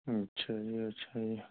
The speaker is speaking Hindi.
अच्छा जी अच्छा जी